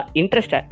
interest